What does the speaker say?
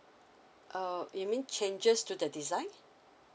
uh you mean changes to the design